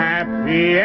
Happy